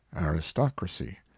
aristocracy